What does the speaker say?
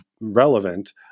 relevant